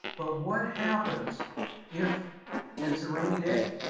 but what happens if it's a rainy day?